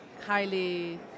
highly